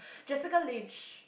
Jessica-Lange